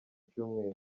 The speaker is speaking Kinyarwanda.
cyumweru